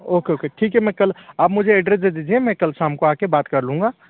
okay okay ठीक है मैं कल आप मुझे एड्रेस दे दीजिए मैं कल शाम को आ कर बात कर लूँगा